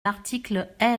l’article